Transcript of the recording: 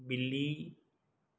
ਬਿੱਲੀ